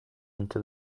into